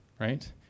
right